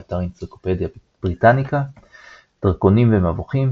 באתר אנציקלופדיה בריטניקה דרקונים ומבוכים,